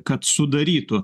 kad sudarytų